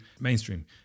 mainstream